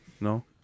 no